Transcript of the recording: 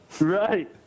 right